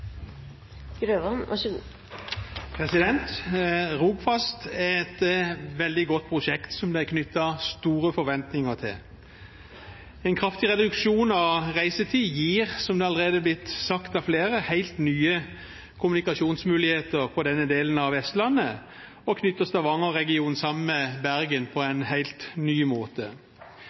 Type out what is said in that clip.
store forventninger til. En kraftig reduksjon av reisetid gir, som det allerede er blitt sagt av flere, helt nye kommunikasjonsmuligheter på denne delen av Vestlandet og knytter Stavanger-regionen sammen med Bergen på en helt ny måte.